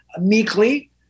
meekly